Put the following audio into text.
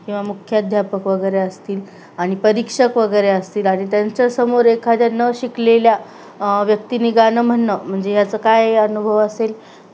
किंवा मुख्याध्यापक वगैरे असतील आणि परीक्षक वगैरे असतील आणि त्यांच्यासमोर एखाद्या न शिकलेल्या व्यक्तीने गाणं म्हणणं म्हणजे याचं काय अनुभव असेल